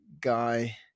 guy